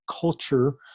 culture